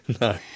No